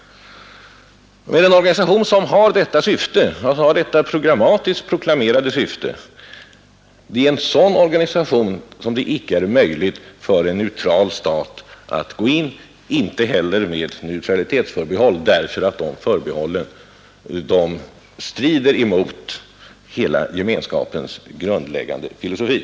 Men en organisation som har detta programmatiskt proklamerade syfte är det icke möjligt för en neutral stat att gå in i — inte heller med neutralitetsförbehåll — eftersom de förbehållen strider mot hela Gemenskapens grundläggande filosofi.